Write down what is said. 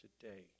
today